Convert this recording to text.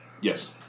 yes